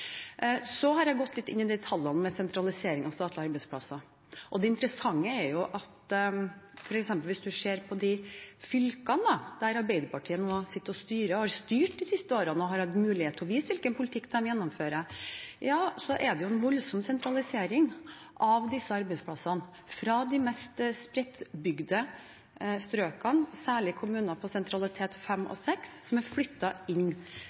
har gått litt inn i tallene for sentralisering av statlige arbeidsplasser. Det interessante er at hvis man f.eks. ser på de fylkene hvor Arbeiderpartiet nå sitter og styrer og har styrt de siste årene, og hvor de har hatt mulighet til å vise hvilken politikk de gjennomfører, er det en voldsom sentralisering av disse arbeidsplassene fra de mest spredtbygde strøkene, særlig kommuner